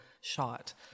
shot